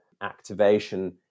activation